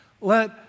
Let